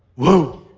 whoa.